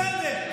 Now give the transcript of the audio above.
בסדר.